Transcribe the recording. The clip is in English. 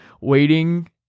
waiting